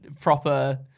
proper